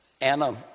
Anna